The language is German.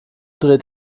dreht